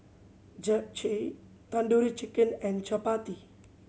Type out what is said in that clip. Japchae Tandoori Chicken and Chapati